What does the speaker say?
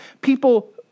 people